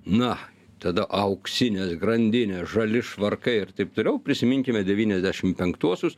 na tada auksinės grandinės žali švarkai ir taip toliau prisiminkime devyniasdešim penktuosius